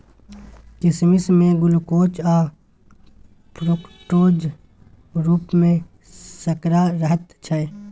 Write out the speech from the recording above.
किसमिश मे ग्लुकोज आ फ्रुक्टोजक रुप मे सर्करा रहैत छै